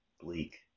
bleak